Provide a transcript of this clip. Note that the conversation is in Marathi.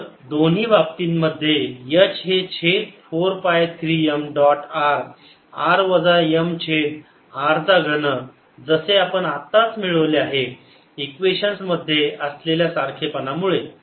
तर दोन्ही बाबतीमध्ये H हे छेद 4 पाय 3 m डॉट r r वजा m छेद r चा घन जसे आपण आत्ताच मिळवले आहे इक्वेशन्स मध्ये असलेल्या सारखेपणा मुळे